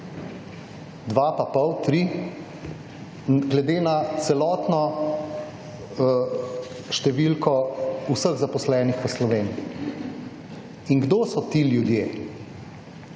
2,5; 3? Glede na celotno številko vseh zaposlenih v Sloveniji. In kdo so ti ljudje?